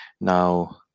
now